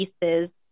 pieces